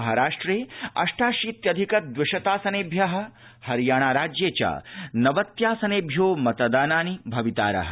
महाराष्ट्रे अष्टाशीत्यधिक द्विशतासनेभ्यः हरियाणाराज्ये च नवत्यासनेभ्यो मतदानानि भवितारः